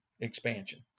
expansion